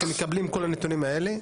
אתם מקבלים את כל הנתונים האלה?